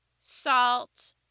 salt